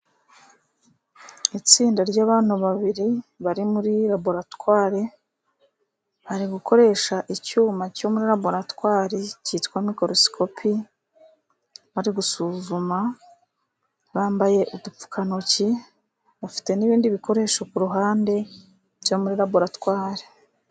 Itsinda ry'abantu babiri bari muri laboratwari bari gukoresha icyuma cyo muri laboratwari cyitwa mikorosikopi bari gusuzuma. Bambaye udupfukantoki bafite n'ibindi bikoresho ku ruhande byo muri laboratwari.